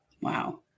Wow